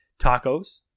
tacos